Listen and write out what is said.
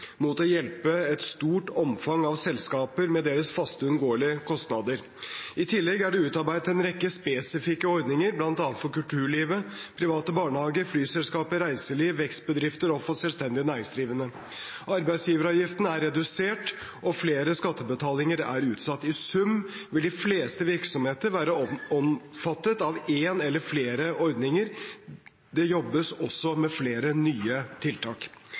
mot å hjelpe et stort omfang av selskaper med deres faste, uunngåelige kostnader. I tillegg er det utarbeidet en rekke spesifikke ordninger, bl.a. for kulturlivet, private barnehager, flyselskaper, reiseliv, vekstbedrifter og for selvstendig næringsdrivende. Arbeidsgiveravgiften er redusert, og flere skattebetalinger er utsatt. I sum vil de fleste virksomheter være omfattet av en eller flere ordninger. Det jobbes også med flere nye tiltak.